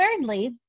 thirdly